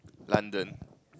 London